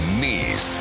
knees